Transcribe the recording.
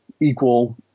equal